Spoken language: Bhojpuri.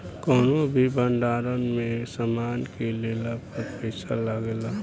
कौनो भी भंडार में सामान के लेला पर पैसा लागेला